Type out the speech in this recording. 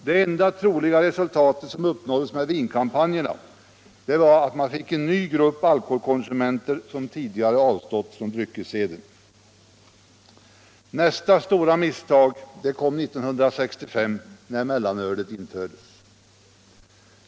Det enda troliga resultat som uppnåddes med vinkampanjerna var att det blev en ny grupp alkoholkonsumenter, som tidigare hade avstått från dryckesseder. Nästa stora misstag kom 1965, då mellanölet infördes.